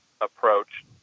approach